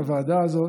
הוועדה הזאת